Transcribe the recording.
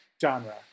Genre